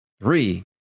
three